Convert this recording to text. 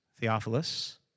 Theophilus